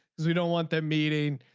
we don't want that meeting.